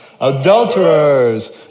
Adulterers